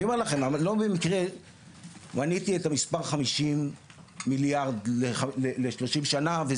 אני אומר לכם לא במקרה מניתי את המספר 50 מיליארד ל- 30 שנה,